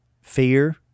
fear